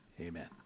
Amen